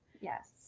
yes